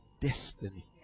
destiny